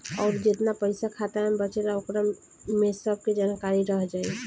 अउर जेतना पइसा खाता मे बचेला ओकरा में सब के जानकारी रह जाइ